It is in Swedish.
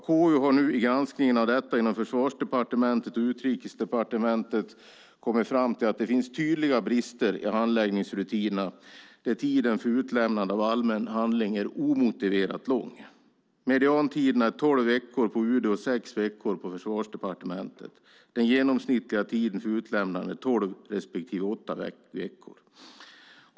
KU har nu i granskningen av detta inom Försvarsdepartementet och Utrikesdepartementet kommit fram till att det finns tydliga brister i handläggningsrutinerna där tiden för utlämnande av allmän handling är omotiverat lång. Mediantiderna är tolv veckor på UD och sex veckor på Försvarsdepartementet. Den genomsnittliga tiden för utlämnande är tolv respektive åtta veckor.